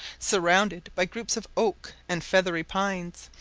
surrounded by groups of oak and feathery pines,